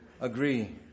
agree